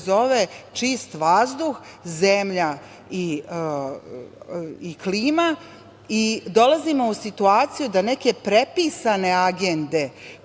koja se zove čist vazduh, zemlja i klima? Dolazimo u situaciju da neke prepisane agende